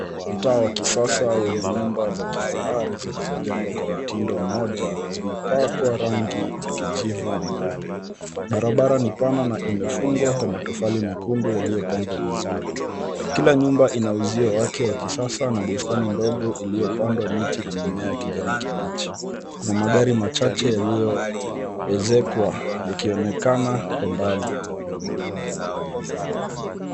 Mtaa wa kisasa wenye nyumba za kifahari zilizojengwa kwa mtindo moja zimepakwa rangi ya kijivu na nyeupe. Barabara ni pana na imefungwa kwa matofali mekundu yaliyopangwa vizuri. Kila nyumba ina uzio wake wa kisasa na bustani ndogo iliyopandwa miti na mimea ya kijani kibichi. Kuna magari machache yaliyoezekwa yakionekana kwa mbali.